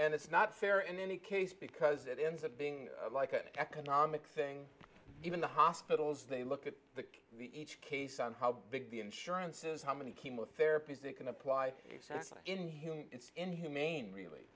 and it's not fair in any case because it ends up being like an economic thing even the hospitals they look at that in each case on how big the insurance is how many chemotherapies they can apply essentially inhuman it's inhumane really